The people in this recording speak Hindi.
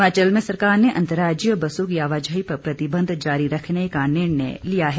हिमाचल में सरकार ने अंतर्राज्यीय बसों की आवाजाही पर प्रतिबंध जारी रखने का निर्णय लिया है